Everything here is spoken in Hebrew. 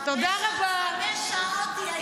חמש שעות היא הייתה בפגרה.